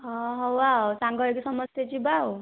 ହଉ ଆଉ ସାଙ୍ଗ ହେଇକି ସମସ୍ତେ ଯିବା ଆଉ